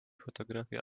fotografia